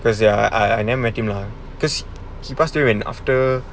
cause ya I I never met him lah cause he passed after